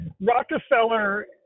Rockefeller